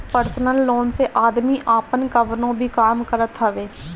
personal loan से आदमी आपन कवनो भी काम करत हवे